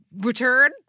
return